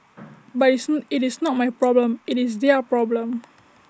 but it's IT is not my problem IT is their problem